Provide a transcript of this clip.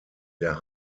der